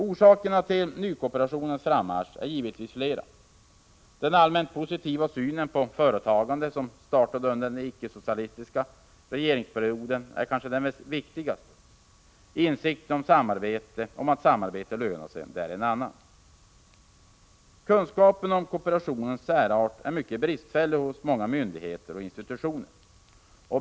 Orsakerna till nykooperationens frammarsch är givetvis flera. Den allmänt positiva synen på företagande, som startade under den icke-socialistiska regeringsperioden, är kanske den viktigaste. Insikten om att samarbete lönar sig är en annan. Kunskapen om kooperationens särart är mycket bristfällig hos många myndigheter och institutioner.